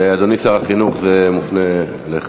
אדוני שר החינוך, זה מופנה אליך.